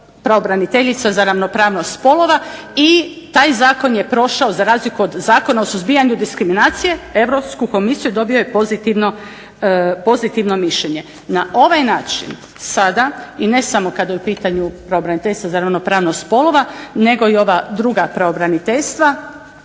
pravobraniteljica za ravnopravnost spolova i taj zakon je prošao za razliku od Zakona o suzbijanju diskriminacije Europsku Komisiju, dobio je pozitivno mišljenje. Na ovaj način sada i ne samo kada je u pitanju pravobraniteljstvo za ravnopravnost spolova nego i ova druga pravobraniteljstva,